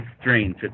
strange